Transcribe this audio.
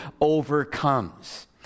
overcomes